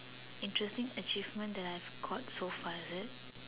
interesting achievement that I have got so far is it